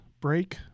break